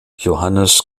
johannes